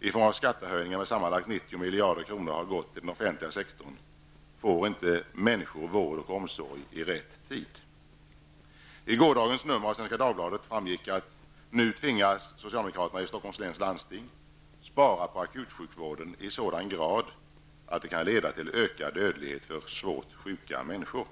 i form av skattehöjningar med sammanlagt 90 miljarder kronor har gått till den offentliga sektorn får inte människor vård och omsorg i rätt tid. I gårdagens nummer av Svenska Dagbladet framgick att socialdemokraterna i Stockholms läns landsting nu tvingas spara på akutsjukvården i sådan grad att det kan leda till ökad dödlighet för svårt sjuka människor.